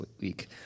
week